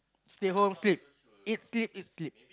stay home sleep eat sleep eat sleep